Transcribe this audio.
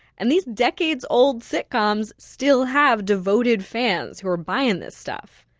and these decades-old sitcoms still have devoted fans who are buying this stuff.